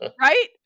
right